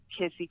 kissy